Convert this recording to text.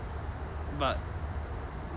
but